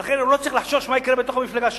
ולכן הוא לא צריך לחשוש מה יקרה בתוך המפלגה שלו.